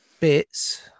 Bits